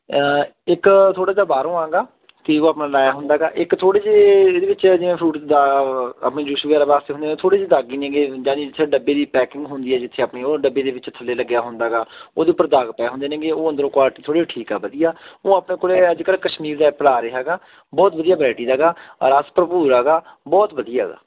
ਇੱਕ ਥੋੜ੍ਹਾ ਜਿਹਾ ਬਾਹਰੋਂ ਆਂਗਾ ਕਿ ਉਹ ਆਪਣਾ ਲਾਇਆ ਹੁੰਦਾ ਹੈਗਾ ਇੱਕ ਥੋੜੇ ਜਿਹੇ ਇਹਦੇ ਵਿੱਚ ਜਿਵੇਂ ਫਰੂਟ ਦਾ ਆਪਣੀ ਜੂਸ ਵਗੈਰਾ ਵਾਸਤੇ ਹੁੰਦੇ ਥੋੜ੍ਹੀ ਜਿਹੀ ਦਾਗੀ ਨਹੀਂ ਜਾਨੀ ਜਿੱਥੇ ਡੱਬੀ ਦੀ ਪੈਕਿੰਗ ਹੁੰਦੀ ਹੈ ਜਿੱਥੇ ਆਪਣੀ ਉਹ ਡੱਬੇ ਦੇ ਵਿੱਚ ਥੱਲੇ ਲੱਗਿਆ ਹੁੰਦਾ ਹੈਗਾ ਉਹਦੇ ਉੱਪਰ ਦਾਗ ਪੈ ਹੁੰਦੇ ਨੇ ਉਹ ਅੰਦਰੋਂ ਕੁਆਲਟੀ ਥੋੜ੍ਹੀ ਠੀਕ ਆ ਵਧੀਆ ਉਹ ਆਪੇ ਕੋਲੇ ਅੱਜ ਕੱਲ੍ਹ ਕਸ਼ਮੀਰ ਦਾ ਰਿਹਾ ਹੈਗਾ ਬਹੁਤ ਵਧੀਆ ਵਰੈਟੀ ਦਾ ਹੈਗਾ ਰਸ ਭਰਪੂਰ ਹੈਗਾ ਬਹੁਤ ਵਧੀਆ ਗਾ